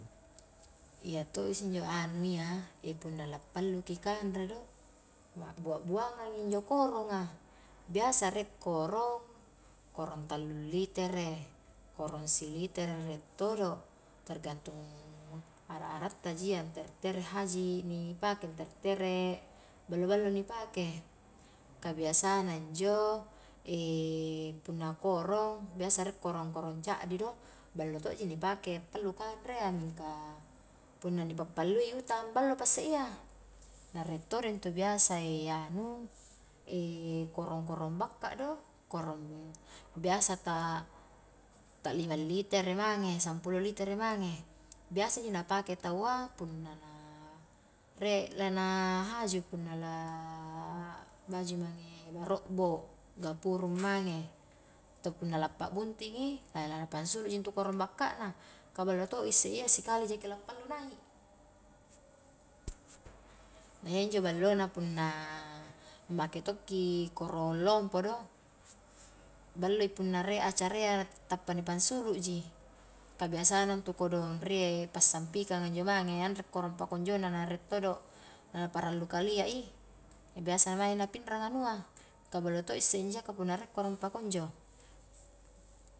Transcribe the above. Iya to isse injo anu iya punna pallu ki kanre do, a'buabuangang injo koronga, biasa rie korong-korong tallu litere, korong silitere rie todo, tergantung a'ra'-a'ra' ta ji iya tere-tere haji ni pake, tere-tere ballo-ballo ni pake, ka biasana injo punna korong,, biasa rie korong-korong caddi do, ballo to ji ni pake pallu kanre iya, mingka punna ni pappallui utang ballo passe iya, na rie todo intu biasa anu, korong-korong bakka do, korong biasa tak-tak lima litere mange, sampulo litere mange, biasa injo na pake tau a punna na rie lana na haju, punna la baju mange barobbo, gapurung mange, atau punna la pabuntingi lana pansuluji intu korong bakka na, ka ballo to isse iya sikali jaki la pallu nai', iya injo ballona punna make tokki korong lompo do, ballo punna rie acarayya tappa ni pansulu ji, ka biasana intu kodong rie passiampikang a injo mange anre korong pakunjona, na rie todo' na-na parallu kalia i, biasa mae na pinrang anua, ka ballo to isse injoa ka punna rie korong pakunjo.